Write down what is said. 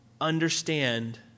understand